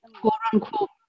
quote-unquote